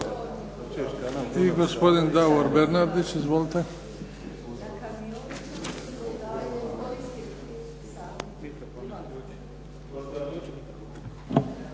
Hvala vam